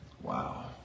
Wow